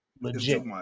legit